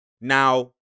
now